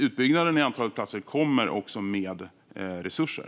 Utbyggnaden i antalet platser kommer också med resurser.